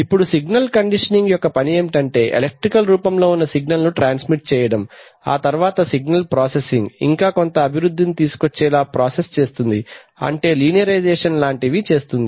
ఇప్పుడు signal conditioning యొక్క పని ఏమిటంటే ఎలక్ట్రికల్ రూపంలో సిగ్నల్ ను ట్రాన్స్మిట్ చేయటం ఆ తర్వాత సిగ్నల్ ప్రాసెసింగ్ ఇంకా కొంత అభివృద్ది ని తీసుకొచ్చేలా ప్రాసెస్ చేస్తుంది అంటే లీనియరైజేషన్ లాంటివి చేస్తుంది